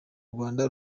rwanda